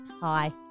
Hi